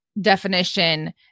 definition